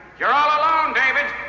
you're all alone, david.